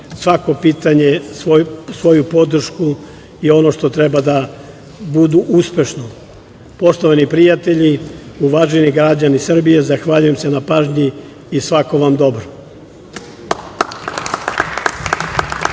svako pitanje i svoju podršku i ono što treba da da, da budu uspešno. Poštovani prijatelji, uvaženi građani Srbije, zahvaljujem se na pažnji i svako vam dobro